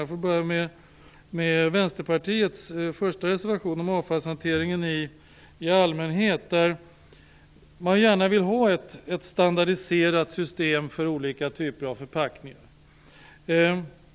Jag börjar med Vänsterpartiets första reservation om avfallshanteringen i allmänhet, där man gärna vill ha ett standardiserat system för olika typer av förpackningar.